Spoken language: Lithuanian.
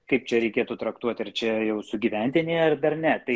kaip čia reikėtų traktuot ar čia jau sugyventiniai ar dar ne tai